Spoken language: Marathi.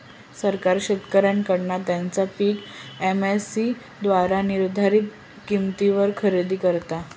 सरकार शेतकऱ्यांकडना त्यांचा पीक एम.एस.सी द्वारे निर्धारीत किंमतीवर खरेदी करता